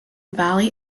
valley